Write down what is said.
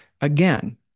again